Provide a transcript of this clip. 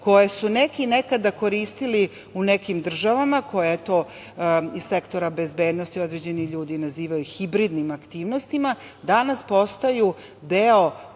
koje su neki nekada koristili u nekim državama, koje eto iz sektora bezbednosti određeni ljudi nazivaju hibridnim aktivnostima, danas postaju deo